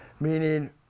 Meaning